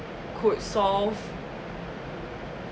could solve